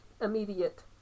immediate